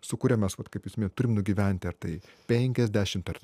su kuria mes vat kaip jūs minėjot turim nugyventi ar tai penkiasdešimt ar